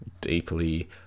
deeply